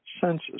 senses